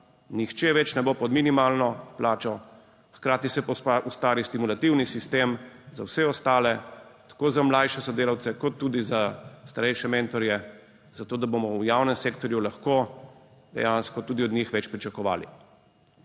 nihče več ne bo pod minimalno plačo, hkrati se pa ustvari stimulativni sistem za vse ostale, tako za mlajše sodelavce kot tudi za starejše mentorje, zato da bomo v javnem sektorju lahko dejansko tudi od njih več pričakovali.